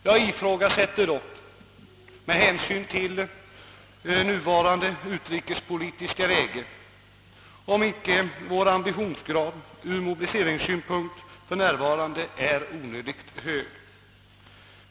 Jag ifrågasätter dock med hänsyn till rådande utrikespolitiska läge, om icke vår ambitionsgrad ur mobiliseringssynpunkt för närvarande är onödigt hög.